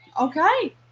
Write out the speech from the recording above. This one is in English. Okay